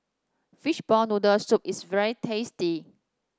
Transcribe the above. Fishball Noodle Soup is very tasty